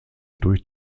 durch